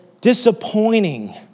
disappointing